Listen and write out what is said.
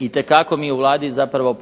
itekako mi u Vladi zapravo